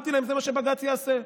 אמרתי להם: זה מה שבג"ץ יעשה.